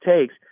takes